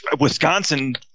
Wisconsin